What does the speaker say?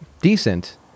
decent